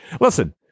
Listen